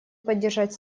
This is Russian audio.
поддержать